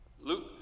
Luke